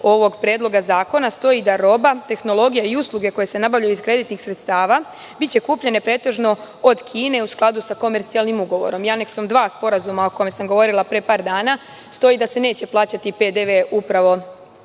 ovog predloga zakona stoji da – roba, tehnologija i usluge koje se nabavljaju iz kreditnih sredstava biće kupljene pretežno od Kine u skladu sa komercijalnim ugovorom i aneksom 2. sporazuma o kome sam govorila pre par dana stoji da se neće plaćati PDV upravo